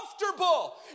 comfortable